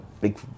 big